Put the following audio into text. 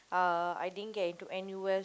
uh I didn't get into N_U_S